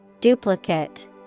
Duplicate